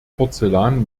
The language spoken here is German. porzellan